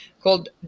called